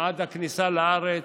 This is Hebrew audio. עד הכניסה לארץ.